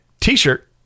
t-shirt